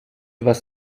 was